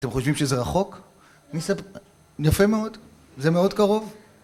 אתם חושבים שזה רחוק? יפה מאוד, זה מאוד קרוב